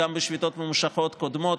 גם בשביתות ממושכות קודמות,